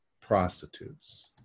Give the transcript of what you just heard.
prostitutes